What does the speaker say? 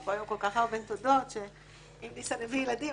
פה היום כל כך הרבה תודות שאם ניסן הביא ילדים,